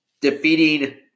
defeating